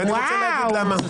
ואווו.